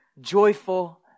joyful